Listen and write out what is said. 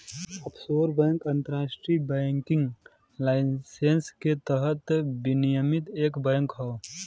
offshore bank अंतरराष्ट्रीय banking licence के तहत विनियमित एक बैंक हौ